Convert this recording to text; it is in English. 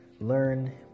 learn